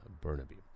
Burnaby